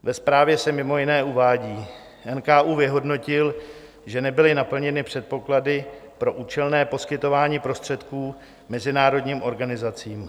Ve zprávě se mimo jiné uvádí: NKÚ vyhodnotil, že nebyly naplněny předpoklady pro účelné poskytování prostředků mezinárodním organizacím.